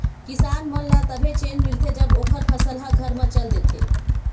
किसान मन ल तभे चेन मिलथे जब ओखर फसल ह घर म चल देथे